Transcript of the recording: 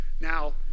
Now